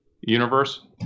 universe